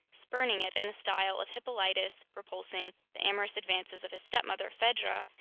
spurning it in the style of hippolytus repulsing the amorous advances of his stepmother phaedra,